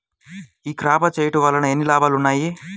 ఈ క్రాప చేయుట వల్ల ఎన్ని లాభాలు ఉన్నాయి?